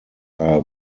are